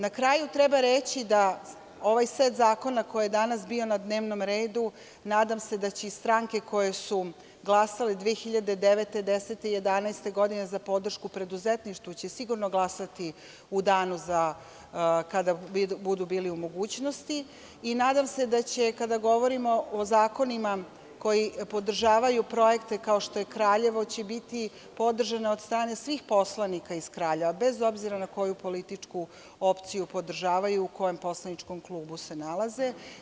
Na kraju treba reći da ovaj set zakona koji je danas bio na dnevnom redu, nadam se da će i stranke koje su glasale 2009, 2010, 2011. godine za podršku preduzetništvu sigurno će glasati u danu kada budu bili u mogućnosti i nadam se da kada govorimo o zakonima koji podržavaju projekte kao što je Kraljevo biće podržano od strane svih poslanika iz Kraljeva bez obzira koju političku opciju podržavaju,u kom poslaničkom klubu se nalaze.